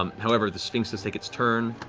um however, the sphinx does take its turn.